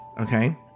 Okay